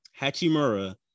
Hachimura